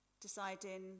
Deciding